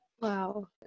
Wow